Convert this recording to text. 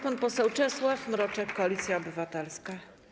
Pan poseł Czesław Mroczek, Koalicja Obywatelska.